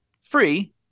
free